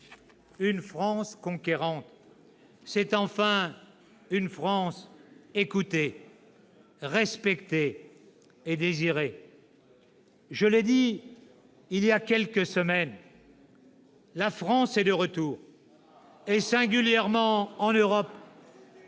Une France conquérante, c'est enfin une France écoutée, respectée et désirée. « Je l'ai dit il y a quelques semaines : la France est de retour, singulièrement en Europe.